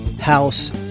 house